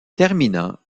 terminant